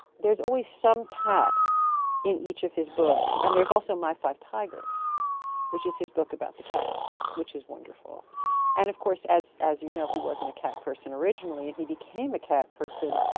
there's always some cat in each of his books and there's also my five tigers which is his book about the cats which is wonderful and of course as as you know he wasn't a cat person originally and he became a cat person.